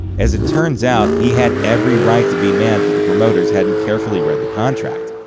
as it turns out, he had every right to be mad that the promoters hadn't carefully read the contract.